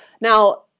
Now